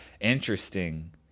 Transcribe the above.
Interesting